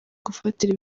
gufatira